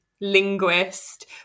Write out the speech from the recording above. linguist